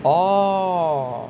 orh